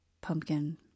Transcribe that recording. pumpkin